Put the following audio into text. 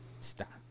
Stop